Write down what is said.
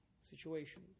situation